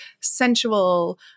sensual